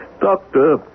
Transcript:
Doctor